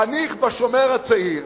חניך ב"שומר הצעיר",